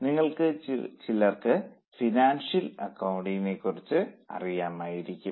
നിങ്ങളിൽ ചിലർക്ക് ഫിനാൻഷ്യൽ അക്കൌണ്ടിങ്നെക്കുറിച്ച് അറിയാമായിരിക്കും